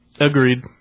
Agreed